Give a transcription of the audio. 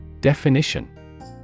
Definition